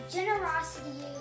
Generosity